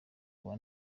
kawa